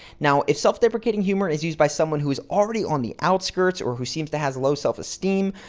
now, if self-deprecating humor is used by someone who is already on the outskirts or who seems to has low self-esteem,